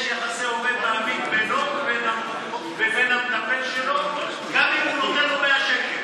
יש יחסי עובד מעביד בינו ובין המטפל שלו גם אם הוא נותן לו 100 שקל.